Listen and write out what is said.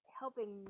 helping